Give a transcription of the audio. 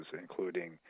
including